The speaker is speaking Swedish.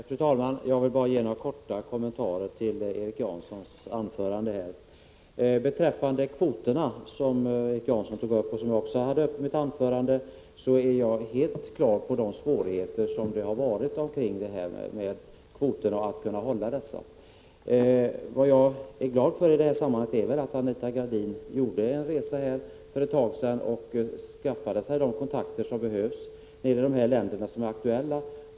Fru talman! Jag vill bara göra några korta kommentarer till Erik Jansons anförande. Beträffande kvoterna, som Erik Janson tog upp och som jag också berörde i mitt anförande, är jag helt klar över de svårigheter som har rått när det gäller att hålla kvoterna. Vad jag är glad för i detta sammanhang är att Anita Gradin gjorde en resa för ett tag sedan och skaffade de kontakter som behövs i de länder som är aktuella.